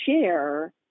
share